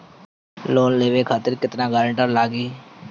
Loan लेवे खातिर केतना ग्रानटर लागी?